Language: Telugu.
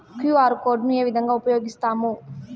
క్యు.ఆర్ కోడ్ ను ఏ విధంగా ఉపయగిస్తాము?